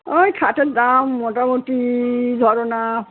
ওই খাটের দাম মোটামুটি ধরো না